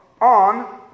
on